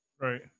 right